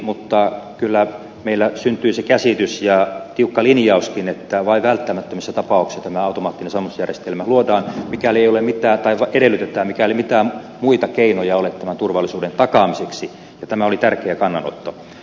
mutta kyllä meillä syntyi se käsitys ja tiukka linjauskin että vain välttämättömissä tapauksissa tämä automaattinen sammutusjärjestelmä luodaan tai sitä edellytetään mikäli ei mitään muita keinoja ole turvallisuuden takaamiseksi ja tämä oli tärkeä kannanotto